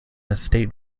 estate